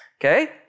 okay